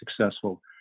successful